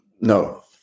No